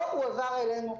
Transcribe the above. זה לא הועבר אלינו,